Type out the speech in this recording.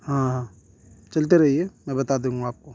ہاں ہاں چلتے رہیے میں بتا دوں گا آپ کو